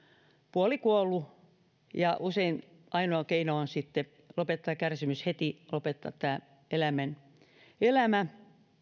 puolikuollut ja usein ainoa keino on sitten lopettaa kärsimys heti lopettaa tämän eläimen elämä